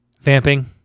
Vamping